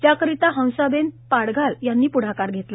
याकरिता हंसाबेन पाघडाल यांनी पुढाकार घेतला